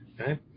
Okay